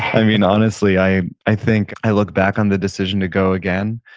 i mean, honestly, i i think i look back on the decision to go again,